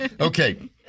Okay